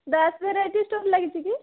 Das variety store ଲାଗିଛି କି